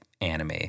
anime